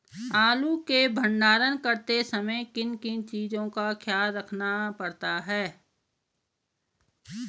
आलू के भंडारण करते समय किन किन चीज़ों का ख्याल रखना पड़ता है?